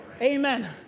Amen